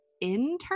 intern